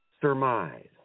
surmise